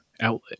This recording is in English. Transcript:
outlet